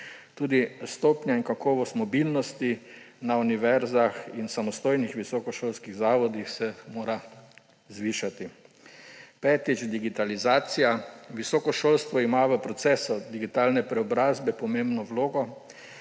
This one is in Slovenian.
Tudi stopnja in kakovost mobilnosti na univerzah in samostojnih visokošolskih zavodih se mora zvišati. Petič, digitalizacija. Visoko šolstvo ima v procesu digitalne preobrazbe pomembno vlogo,